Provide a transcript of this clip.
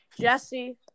Jesse